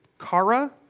kara